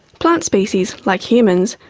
plant species, like humans,